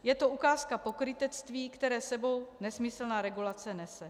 Je to ukázka pokrytectví, které s sebou nesmyslná regulace nese.